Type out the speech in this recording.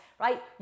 right